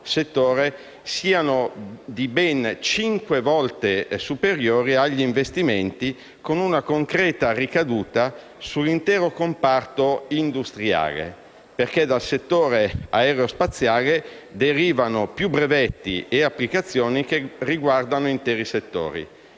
siano di ben cinque volte superiori agli investimenti, con una concreta ricaduta sull'intero comparto industriale, perché dal settore aerospaziale derivano più brevetti e applicazioni che riguardano interi settori: